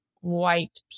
white